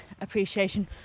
appreciation